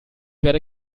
werde